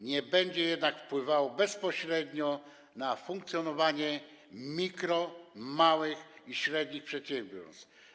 Nie będzie jednak wpływała bezpośrednio na funkcjonowanie mikro-, małych i średnich przedsiębiorstw.